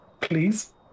Please